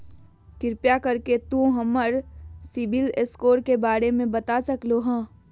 कृपया कर के तों हमर सिबिल स्कोर के बारे में बता सकलो हें?